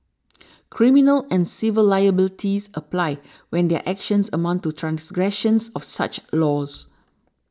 criminal and civil liabilities apply when their actions amount to transgressions of such laws